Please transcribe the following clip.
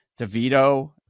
Devito